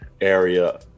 area